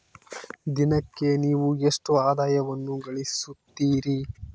ದಿನಕ್ಕೆ ನೇವು ಎಷ್ಟು ಆದಾಯವನ್ನು ಗಳಿಸುತ್ತೇರಿ?